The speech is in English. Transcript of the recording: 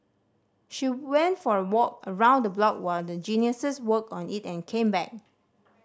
she went for a walk around the block while the Geniuses worked on it and came back